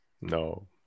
No